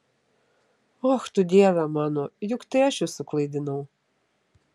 och tu dieve mano juk tai aš jus suklaidinau